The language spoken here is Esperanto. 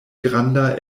granda